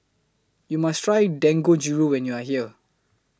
YOU must Try Dangojiru when YOU Are here